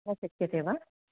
न शक्यते वा